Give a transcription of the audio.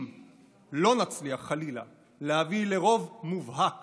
אם לא נצליח, חלילה, להביא לרוב מובהק